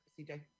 Cj